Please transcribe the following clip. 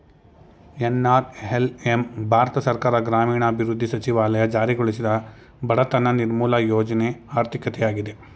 NRLM ಭಾರತ ಸರ್ಕಾರ ಗ್ರಾಮೀಣಾಭಿವೃದ್ಧಿ ಸಚಿವಾಲಯ ಜಾರಿಗೊಳಿಸಿದ ಬಡತನ ನಿರ್ಮೂಲ ಯೋಜ್ನ ಆರ್ಥಿಕತೆಯಾಗಿದೆ